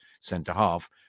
centre-half